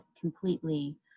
completely